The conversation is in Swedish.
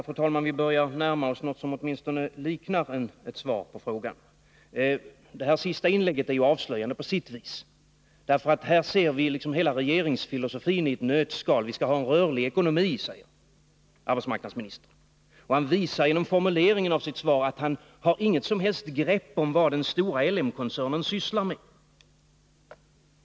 Fru talman! Vi börjar närma oss något som åtminstone liknar ett svar på frågan. Det sista inlägget är ju på sitt vis avslöjande. Här ser vi hela regeringsfilosofin i ett nötskal. Arbetsmarknadsministern säger att vi skall ha en rörlig ekonomi, men han visar genom formuleringen av sitt svar att han inte har något som helst grepp om vad den stora LM-koncernen sysslar med.